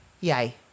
yay